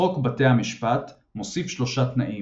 חוק בתי המשפט מוסיף שלושה תנאים